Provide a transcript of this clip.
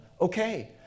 Okay